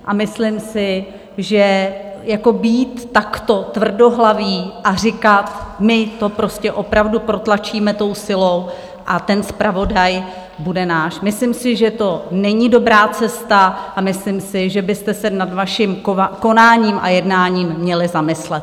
A myslím si, že jako být takto tvrdohlavý a říkat, my to prostě opravdu protlačíme tou silou a ten zpravodaj bude náš, myslím si, že to není dobrá cesta, a myslím si, že byste se nad vaším konáním a jednáním měli zamyslet.